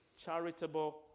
charitable